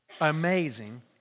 Amazing